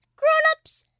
grown-ups,